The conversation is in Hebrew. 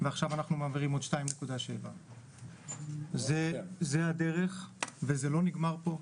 ועכשיו אנחנו מעבירים עוד 2.7. זאת הדרך וזה לא נגמר פה.